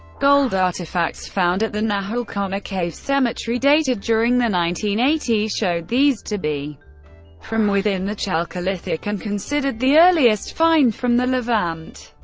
gold artifacts found at the nahal kana cave cemetery dated during the nineteen eighty s, showed these to be from within the chalcolithic, and considered the earliest find from the levant.